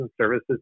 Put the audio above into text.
Services